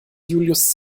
julius